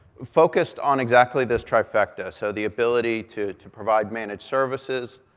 focused on exactly this trifecta, so, the ability to to provide managed services,